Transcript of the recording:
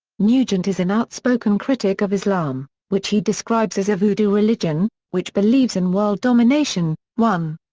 nugent is an outspoken critic of islam, which he describes as a voodoo religion which believes in world domination one.